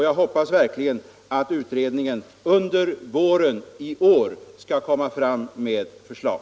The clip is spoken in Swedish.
Jag hoppas verkligen att utredningen i vår skall framlägga ett förslag.